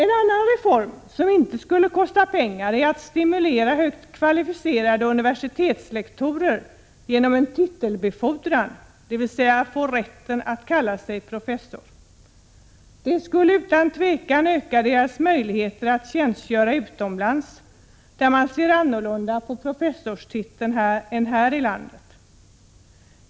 En annan reform som inte skulle kosta pengar är att stimulera högt kvalificerade universitetslektorer genom en titelbefordran, dvs. att de skulle få rätten att kalla sig professor. Det skulle utan tvivel öka deras möjligheter att tjänstgöra utomlands, där man ser annorlunda på professorstiteln än här i landet.